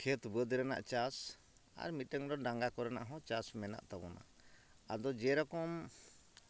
ᱠᱷᱮᱛᱼᱵᱟᱹᱫᱽ ᱨᱮᱱᱟᱜ ᱪᱟᱥ ᱟᱨ ᱢᱤᱫᱴᱟᱝᱫᱚ ᱰᱟᱸᱜᱟ ᱠᱚᱨᱮᱱᱟᱜ ᱦᱚᱸ ᱪᱟᱥ ᱢᱮᱱᱟᱜ ᱛᱟᱵᱚᱱᱟ ᱟᱫᱚ ᱡᱮᱨᱚᱠᱚᱢ